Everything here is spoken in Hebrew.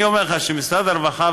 אני אומר לך שמשרד הרווחה,